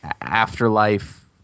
afterlife